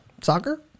Soccer